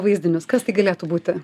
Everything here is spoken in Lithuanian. vaizdinius kas tai galėtų būti